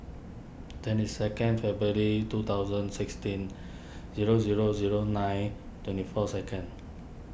twenty second February two thousand sixteen zero zero zero nine twenty four second